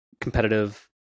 competitive